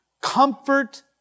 Comfort